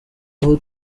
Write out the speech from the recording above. aho